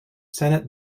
senate